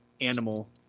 animal